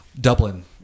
Dublin